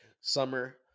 summer